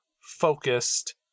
focused